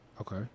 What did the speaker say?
Okay